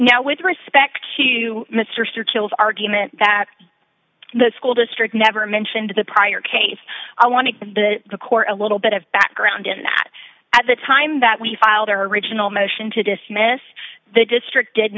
now with respect to mr kills argument that the school district never mentioned the prior case i want to record a little bit of background in that at the time that we filed our original motion to dismiss the district did